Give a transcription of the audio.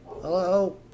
Hello